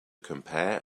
compare